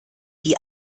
die